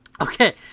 Okay